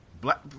black